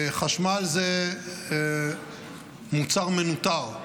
חשמל זה מוצר מנוטר.